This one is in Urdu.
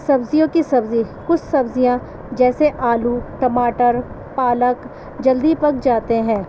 سبزیوں کی سبزی کچھ سبزیاں جیسے آلو ٹماٹر پالک جلدی پک جاتے ہیں